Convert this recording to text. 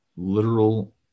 Literal